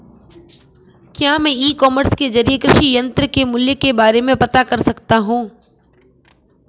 क्या मैं ecommerce के ज़रिए कृषि यंत्र के मूल्य के बारे में पता कर सकता हूँ?